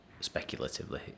speculatively